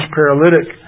paralytic